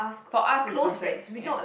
for us is concern ya